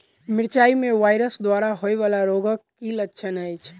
मिरचाई मे वायरस द्वारा होइ वला रोगक की लक्षण अछि?